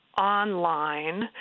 online